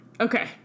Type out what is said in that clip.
Okay